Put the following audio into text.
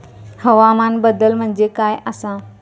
हवामान बदल म्हणजे काय आसा?